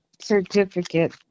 certificate